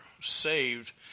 saved